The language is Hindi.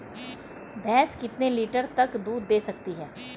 भैंस कितने लीटर तक दूध दे सकती है?